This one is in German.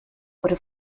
oder